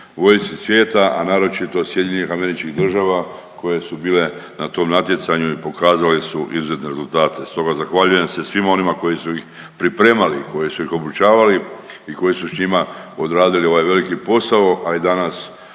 vojski svijeta, a naročito SAD-a koje su bile na tom natjecanju i pokazale su izuzetne rezultate. Stoga zahvaljujem se svima onima koji su ih pripremali, koji su ih obučavali i koji su s njima odradili ovaj veliki posao, a i danas